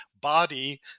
body